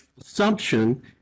assumption